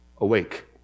awake